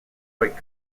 quite